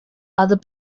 other